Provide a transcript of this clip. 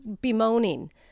bemoaning